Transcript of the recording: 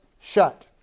shut